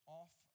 off